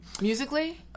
musically